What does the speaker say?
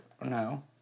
no